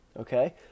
okay